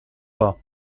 pas